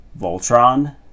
Voltron